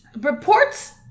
reports